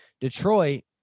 Detroit